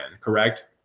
correct